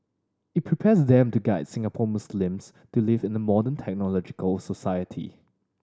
it prepares them to guide Singapore Muslims to live in a modern technological society